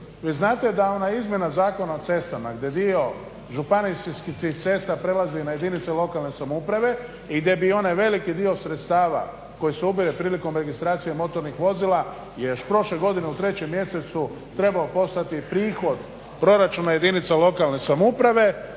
Vi znate da ona izmjena Zakona o cestama gdje dio županijskih cesta prelazi na jedinice lokalne samouprave i gdje bi onaj veliki dio sredstava koji se ubire prilikom registracije motornih vozila je još prošle godine u trećem mjesecu trebao postati prihod proračuna jedinica lokalne samouprave